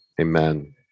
amen